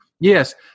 yes